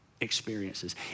experiences